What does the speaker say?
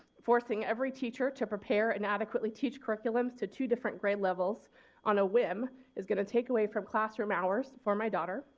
forcing every teacher to prepare and adequately teach curriculum to two different grade levels on a whim is going to take away from classroom hours for my daughter.